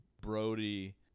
brody